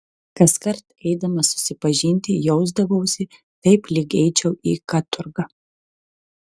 kaskart eidamas susipažinti jausdavausi taip lyg eičiau į katorgą